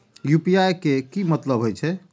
UPI के की मतलब हे छे?